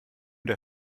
der